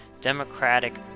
democratic